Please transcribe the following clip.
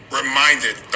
reminded